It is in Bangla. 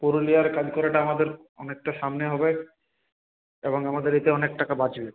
পুরুলিয়ার কাজ করাটা আমাদের অনেকটা সামনে হবে এবং আমাদের এতে অনেক টাকা বাঁচবে